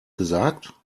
gesagt